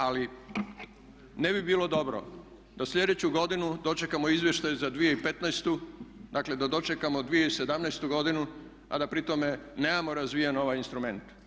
Ali ne bi bilo dobro da slijedeću godinu dočekamo izvještaj za 2015. dakle da dočekamo 2017. godinu a da pri tome nemamo razvijen ovaj instrument.